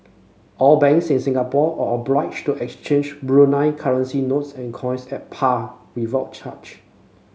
all banks in Singapore all obliged to exchange Brunei currency notes and coins at par without charge